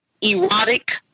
erotic